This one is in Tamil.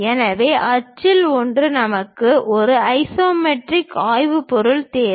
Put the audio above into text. எனவே அச்சில் ஒன்று நமக்கு ஒரு ஐசோமெட்ரிக் ஆய்வுபொருள் தேவை